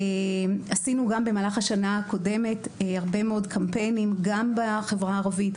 עשינו גם במהלך השנה הקודמת הרבה מאוד קמפיינים גם בחברה הערבית,